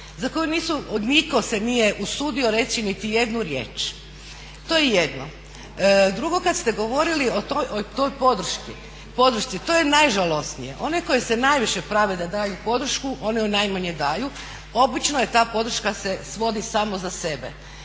za koju nitko se nije usudio reći niti jednu riječ. To je jedno. Drugo kad ste govorili o toj podršci, to je najžalosnije. Oni koji se najviše prave da daju podršku oni ju najmanje daju. Obično se ta podrška svodi samo za sebe